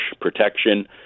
protection